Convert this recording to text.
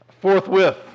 forthwith